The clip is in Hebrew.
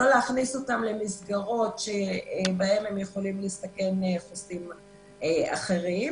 לא להכניס אותם למסגרות שבהן הם יכולים לסכן חוסים אחרים.